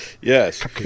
yes